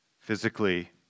physically